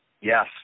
Yes